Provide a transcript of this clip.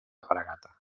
fragata